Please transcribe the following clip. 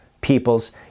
people's